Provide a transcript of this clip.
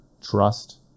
trust